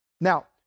Now